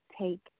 take